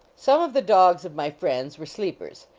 some of the dogs of my friends were sleep ers,